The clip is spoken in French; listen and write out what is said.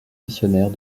missionnaires